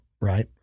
right